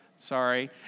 Sorry